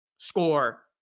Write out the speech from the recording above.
Score